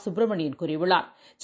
சுப்பிரமணியன் கூறியுள்ளாா்